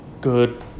good